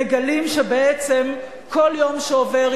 מגלים שבעצם כל יום שעובר,